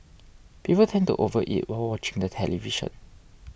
people tend to overeat while watching the television